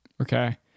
Okay